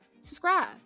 subscribe